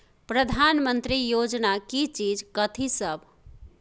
प्रधानमंत्री योजना की चीज कथि सब?